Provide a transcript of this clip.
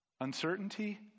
uncertainty